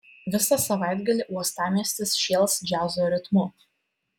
visą savaitgalį uostamiestis šėls džiazo ritmu